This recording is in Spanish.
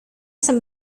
san